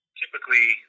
typically